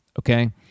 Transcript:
Okay